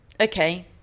okay